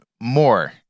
more